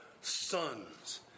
sons